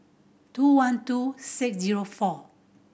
two one two six zero four